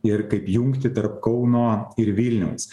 ir kaip jungtį tarp kauno ir vilniaus